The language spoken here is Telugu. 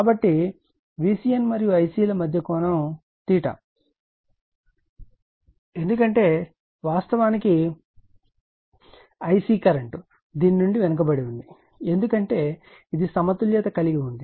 కాబట్టి VCN మరియు Ic ల మధ్య కోణం ఎందుకంటే వాస్తవానికి Ic కరెంట్ దీని నుండి వెనుకబడి ఉంది ఎందుకంటే ఇది సమతుల్యత కలిగి వుంది